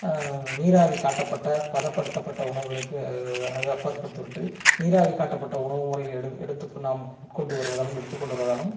நீராவி காட்டப்பட்ட பதப்படுத்தப்பட்ட உணவுகளுக்கு அது அப்பாற்படுத்துவுட்டு நீராவி காட்டப்பட்ட உணவு முறைகளை எடு எடுத்துக் நாம் உட்கொண்டு வருவதாலும் எடுத்துக்கொண்டு வருவதாலும்